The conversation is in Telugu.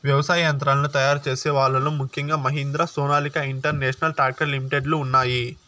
వ్యవసాయ యంత్రాలను తయారు చేసే వాళ్ళ లో ముఖ్యంగా Mahindra, Sonalika international tractor limited లు ఉన్నాయి